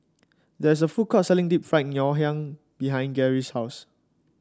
there's a food court selling Deep Fried Ngoh Hiang behind Gerry's house